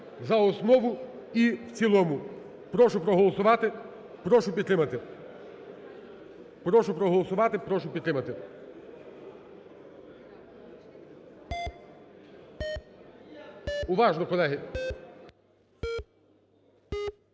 за основу і в цілому. Прошу проголосувати, прошу підтримати. Прошу проголосувати, прошу підтримати. Уважно, колеги.